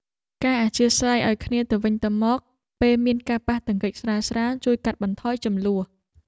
ការអធ្យាស្រ័យឱ្យគ្នាទៅវិញទៅមកពេលមានការប៉ះទង្គិចស្រាលៗជួយកាត់បន្ថយជម្លោះ។